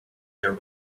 there